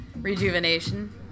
rejuvenation